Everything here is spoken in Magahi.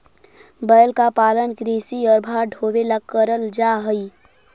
बैल का पालन कृषि और भार ढोवे ला करल जा ही